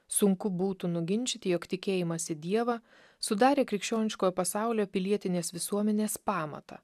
sunku būtų nuginčyti jog tikėjimas į dievą sudarė krikščioniškojo pasaulio pilietinės visuomenės pamatą